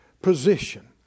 position